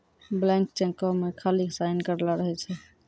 blank चेको मे खाली साइन करलो रहै छै